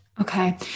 Okay